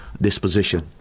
disposition